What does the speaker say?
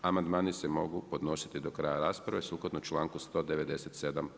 Amandmani se mogu podnositi do kraja rasprave sukladno članku 197.